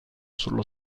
sullo